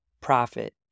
profit